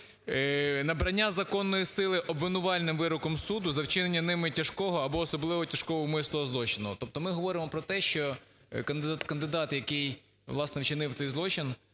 "набрання законної сили обвинувальним вироком суду за вчинення ними тяжкого або особливо тяжкого умисного злочину". Тобто ми говоримо про те, що кандидат, який, власне, вчинив цей злочин